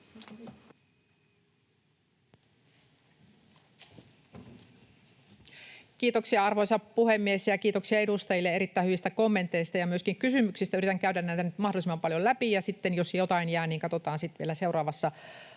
Kiitoksia, arvoisa puhemies! Kiitoksia edustajille erittäin hyvistä kommenteista ja myöskin kysymyksistä. Yritän käydä näitä nyt mahdollisimman paljon läpi, ja sitten jos jotain jää, niin katsotaan sitten vielä seuraavassa